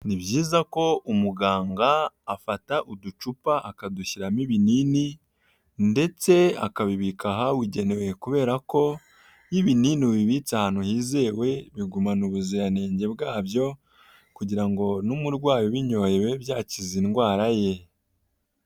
Ni byiza ko umuganga afata uducupa akadushyiramo ibinini, ndetse akabibika ahabugenewe kubera ko iyo ibinini bibitse ahantu hizewe bigumana ubuziranenge bwabyo, kugira ngo n'umurwayi ubinyoye bibe byakiza indwara ye.